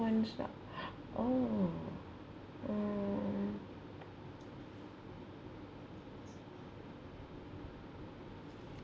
ones lah oh oh